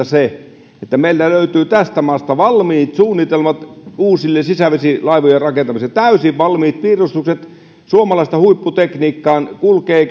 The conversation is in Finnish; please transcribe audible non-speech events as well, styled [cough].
[unintelligible] se että meiltä löytyy tästä maasta valmiit suunnitelmat uusien sisävesilaivojen rakentamiselle täysin valmiit piirustukset suomalaista huipputekniikkaa kulkee [unintelligible]